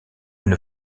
une